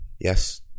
Yes